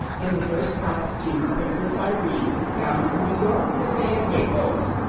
in the first-class steamer princess irene bound from new york for the bay of naples!